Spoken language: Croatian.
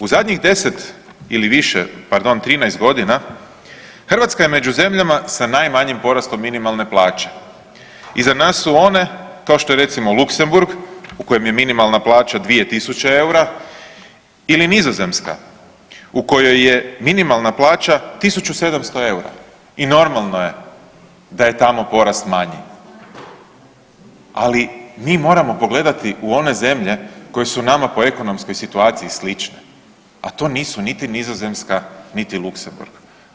U zadnjih 10 ili više pardon 13 godina Hrvatska je među zemljama sa najmanjim porastom minimalne plaće, iza nas su one kao što je recimo Luksemburg u kojem je minimalna plaća 2.000 eura ili Nizozemska u kojoj je minimalna plaća 1.700 eura i normalno je da tamo porast manji, ali mi moramo pogledati u one zemlje koje su nama po ekonomskoj situaciji slične, a to nisu niti Nizozemska, niti Luksemburg.